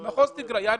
מחוז טיגרין.